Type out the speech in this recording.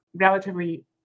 relatively